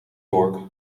vork